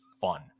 fun